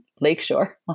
Lakeshore